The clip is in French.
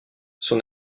son